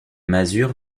masure